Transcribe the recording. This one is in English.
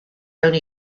only